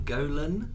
Golan